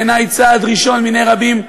בעיני צעד ראשון מני רבים,